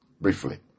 briefly